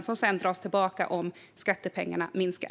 Det kan ju sedan dras tillbaka om skattepengarna minskar.